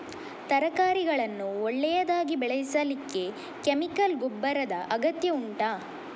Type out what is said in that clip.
ತರಕಾರಿಗಳನ್ನು ಒಳ್ಳೆಯದಾಗಿ ಬೆಳೆಸಲಿಕ್ಕೆ ಕೆಮಿಕಲ್ ಗೊಬ್ಬರದ ಅಗತ್ಯ ಉಂಟಾ